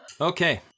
okay